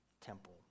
temple